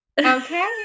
Okay